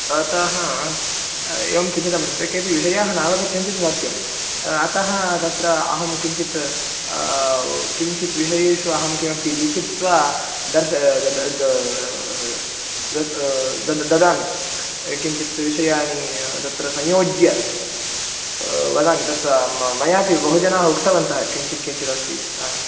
अतः एवं चिन्तितं वर्तते केपि विषयाः नावगच्चन्ति ति सत्यम् अतः तत्र अहं किञ्चित् किञ्चित् विषयेषु अहं किमपि लिखित्वा दर्श द् द् दद् ददामि किञ्चित् विषयाणि तत्र संयोज्य वदामि तत् म मयापि बहु जनाः उक्तवन्तः किञ्चिद् किञ्चिदस्ति अ